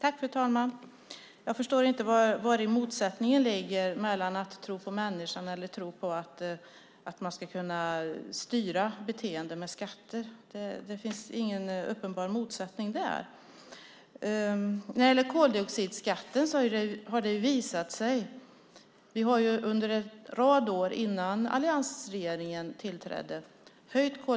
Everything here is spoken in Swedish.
Fru talman! Jag förstår inte vari motsättningen ligger mellan att tro på människan och att tro på att man ska kunna styra beteenden med skatter. Det finns ingen uppenbar motsättning i det. Vi har höjt koldioxidskatten under en rad år innan alliansregeringen tillträdde.